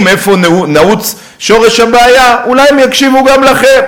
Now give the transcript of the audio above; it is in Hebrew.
איפה נעוץ שורש הבעיה הם יקשיבו גם לכם,